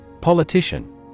Politician